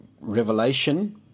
Revelation